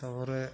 তারপরে